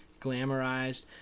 glamorized